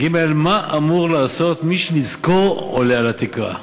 3. מה אמור לעשות מי שנזקו עולה על התקרה?